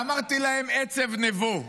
ואמרתי להם "עצב נבו",